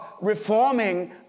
reforming